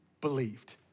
believed